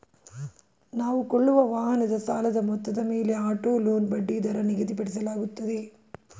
ನಾವು ಕೊಳ್ಳುವ ವಾಹನದ ಸಾಲದ ಮೊತ್ತದ ಮೇಲೆ ಆಟೋ ಲೋನ್ ಬಡ್ಡಿದರ ನಿಗದಿಪಡಿಸಲಾಗುತ್ತದೆ